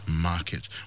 market